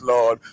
Lord